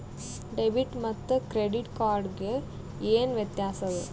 Debit ಮತ್ತ credit card ಗೆ ಏನ ವ್ಯತ್ಯಾಸ ಆದ?